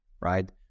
right